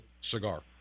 cigar